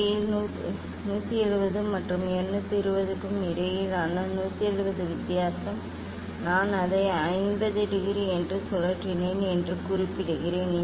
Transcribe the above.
170 மற்றும் 220 க்கு இடையிலான 170 வித்தியாசம் நான் அதை 50 டிகிரி என்று சுழற்றினேன் என்று குறிப்பிடுகிறேன்